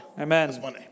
Amen